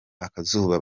akazuba